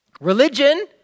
Religion